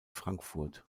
frankfurt